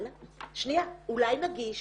אבל אולי נגיש